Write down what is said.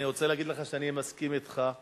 אני רוצה להגיד לך שאני מסכים אתך.